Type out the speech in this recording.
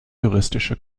juristische